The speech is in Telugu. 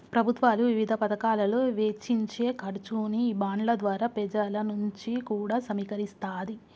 ప్రభుత్వాలు వివిధ పతకాలలో వెచ్చించే ఖర్చుని ఈ బాండ్ల ద్వారా పెజల నుంచి కూడా సమీకరిస్తాది